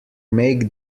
make